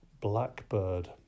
blackbird